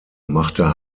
machte